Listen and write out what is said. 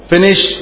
Finish